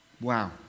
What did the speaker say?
Wow